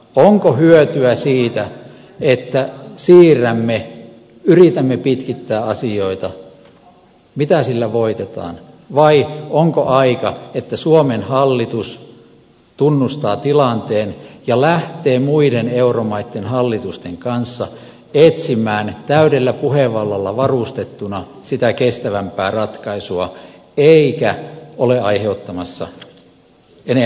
onko hyötyä siitä että siirrämme yritämme pitkittää asioita mitä sillä voitetaan vai onko suomen hallituksen aika tunnustaa tilanne ja lähteä muiden euromaitten hallitusten kanssa etsimään täydellä puhevallalla varustettuna sitä kestävämpää ratkaisua niin ettei se ole aiheuttamassa enempiä ongelmia